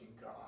God